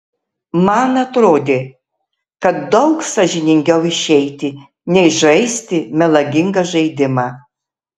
man atrodė kad daug sąžiningiau išeiti nei žaisti melagingą žaidimą